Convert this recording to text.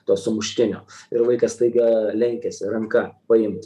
to sumuštinio ir vaikas staiga lenkiasi ranka paimt